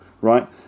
right